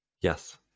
Yes